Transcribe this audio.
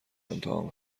امتحان